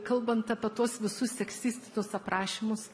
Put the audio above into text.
kalbant apie tuos visus seksistinius aprašymus